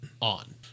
on